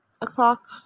o'clock